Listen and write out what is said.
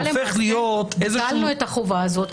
זה הופך להיות --- הלכה למעשה ביטלנו את החובה הזאת,